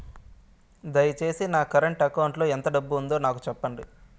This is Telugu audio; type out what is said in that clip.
దయచేసి నా కరెంట్ అకౌంట్ లో ఎంత డబ్బు ఉందో నాకు సెప్పండి